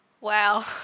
wow